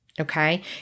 okay